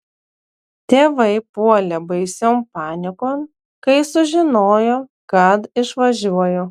tėvai puolė baision panikon kai sužinojo kad išvažiuoju